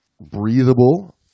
breathable